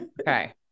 Okay